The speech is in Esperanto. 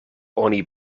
oni